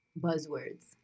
Buzzwords